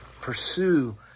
pursue